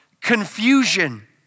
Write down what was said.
confusion